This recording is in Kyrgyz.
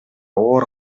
оор